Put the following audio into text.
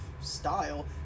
style